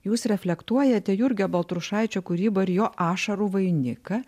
jūs reflektuojate jurgio baltrušaičio kūrybą ir jo ašarų vainiką